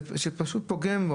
זה פשוט פוגם.